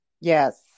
Yes